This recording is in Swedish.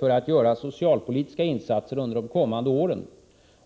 för att göra socialpolitiska insatser under de kommande åren.